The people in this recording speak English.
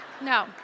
No